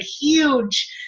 huge